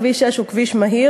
כביש 6 הוא כביש מהיר,